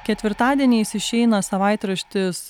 ketvirtadieniais išeina savaitraštis